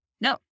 No